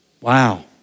Wow